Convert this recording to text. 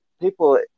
people